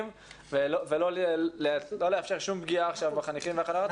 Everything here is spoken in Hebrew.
ולא לאפשר שום פגיעה בחניכים ובחניכות.